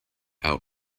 out